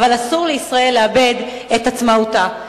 אבל אסור לישראל לאבד את עצמאותה.